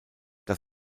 das